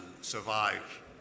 survive